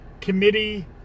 committee